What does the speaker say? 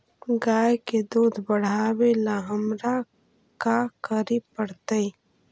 गाय के दुध बढ़ावेला हमरा का करे पड़तई?